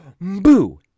Boo